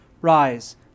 Rise